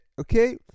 okay